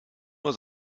nur